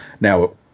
Now